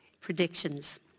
Predictions